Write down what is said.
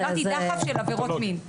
אמרתי דחף של עבירות מין.